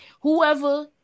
whoever